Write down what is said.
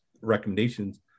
recommendations